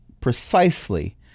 precisely